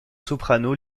soprano